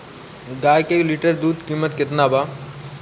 गाय के एक लीटर दूध कीमत केतना बा?